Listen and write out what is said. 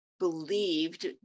believed